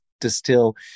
distill